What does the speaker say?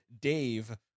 Dave